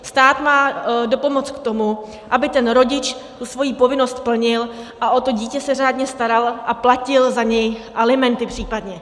Stát má dopomoct k tomu, aby ten rodič svoji povinnost plnil a o to dítě se řádně staral a platil za něj alimenty případně.